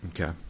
Okay